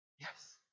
Yes